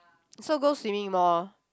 so go swimming more